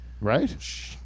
Right